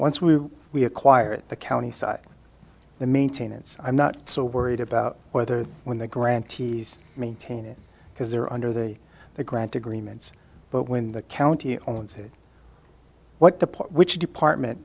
once we we acquired the county side the maintenance i'm not so worried about whether when the grantees maintain it because they're under the the grant agreements but when the county owns it what the part which department